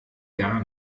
gar